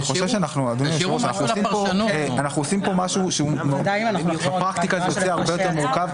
אני חושב שאנחנו עושים כאן משהו שבפרקטיקה זה יוצא הרבה יותר מורכב.